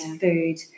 food